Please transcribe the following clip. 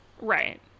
Right